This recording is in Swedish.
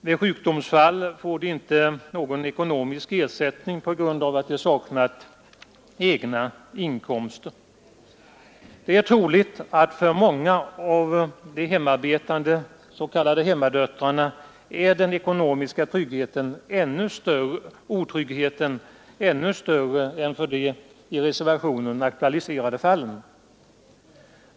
Vid sjukdomsfall får de inte någon ekonomisk ersättning på grund av att de saknat egna inkomster. Det är troligt att den ekonomiska otryggheten är ännu större för många av de hemarbetande hemmadöttrarna än för de i reservationen aktualiserade fallen.